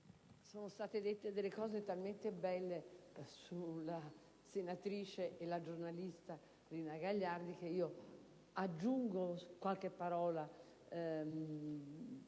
sono state dette delle cose talmente belle sulla senatrice e giornalista Rina Gagliardi che io mi limiterò ad